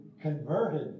converted